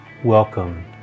Welcome